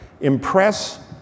impress